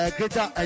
Greater